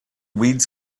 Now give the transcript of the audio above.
weeds